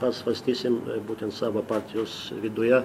pasvarstysim būtent savo partijos viduje